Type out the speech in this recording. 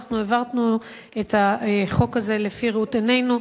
אנחנו העברנו את החוק הזה לפי ראות עינינו,